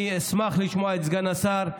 אני אשמח לשמוע את סגן השר.